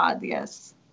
yes